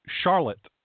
Charlotte